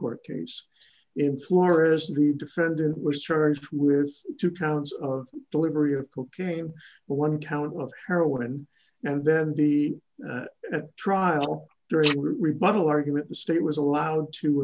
court case in florida the defendant was charged with two counts of delivery of cocaine but one count of heroin and then the trial during rebuttal argument the state was allowed to